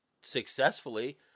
successfully